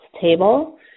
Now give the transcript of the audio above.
table